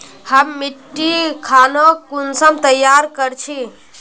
हम मिट्टी खानोक कुंसम तैयार कर छी?